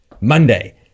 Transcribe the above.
Monday